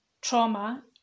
trauma